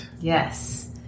Yes